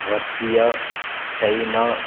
Russia China